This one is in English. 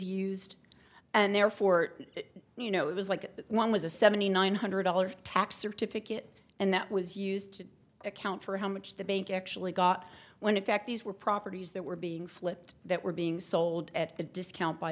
used and therefore you know it was like that one was a seventy nine hundred dollars tax certificate and that was used to account for how much the bank actually got when in fact these were properties that were being flipped that were being sold at a discount by